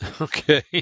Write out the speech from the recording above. okay